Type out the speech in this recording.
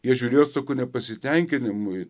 jie žiūrėjo su tokiu nepasitenkinimu